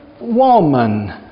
woman